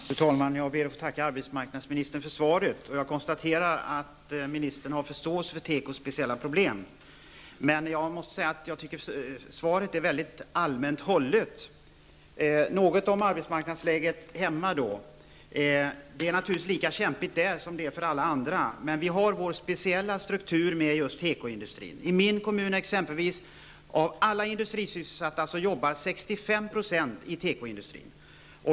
Fru talman! Jag ber att få tacka arbetsmarknadsministern för svaret. Jag konstaterar att ministern har förståelse för tekos speciella problem, men jag måste säga att jag tycker att svaret är mycket allmänt hållet. Jag vill säga något om arbetsmarknadsläget hemma. Det är naturligtvis lika svårt där som på andra håll, men vi har vår speciella struktur inom just tekoindustrin. När det gäller min hemkommun kan jag nämna att 65 % av alla industrisysselsatta är knutna till tekoindustrin.